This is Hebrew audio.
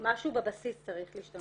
משהו בבסיס צריך להשתנות.